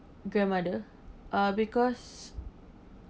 grandmother uh because